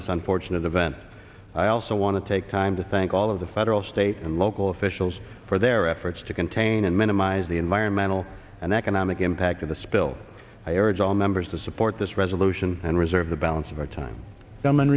this unfortunate event i also want to take time to thank all of the federal state and local officials for their efforts to contain and minimize the environmental and economic impact of the spill i urge all members to support this resolution and reserve the balance of our time som